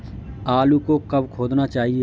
आलू को कब खोदना चाहिए?